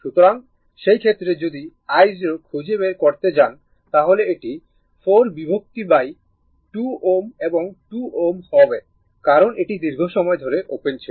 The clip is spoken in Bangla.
সুতরাং সেই ক্ষেত্রে যদি i0 খুঁজে বের করতে যান তাহলে এটি 4 বিভক্ত2 Ω এবং 2 Ω হবে কারণ এটি দীর্ঘ সময় ধরে ওপেন ছিল